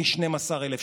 סעיף 98,